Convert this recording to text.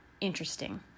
interesting